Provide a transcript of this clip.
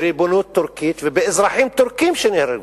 בריבונות טורקית ובאזרחים טורקים שנהרגו.